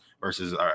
versus